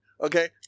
Okay